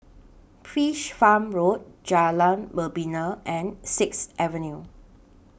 Fish Farm Road Jalan Membina and Sixth Avenue